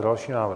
Další návrh.